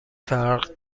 فرق